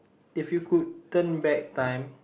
if you could turn back time